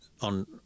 on